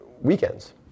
weekends